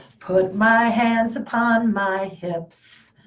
put my hands upon my hips.